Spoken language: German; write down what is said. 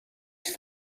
ist